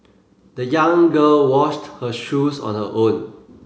the young girl washed her shoes on her own